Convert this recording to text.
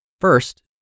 First